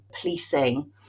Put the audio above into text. policing